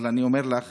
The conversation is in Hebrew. אבל אני אומר לך